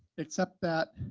except that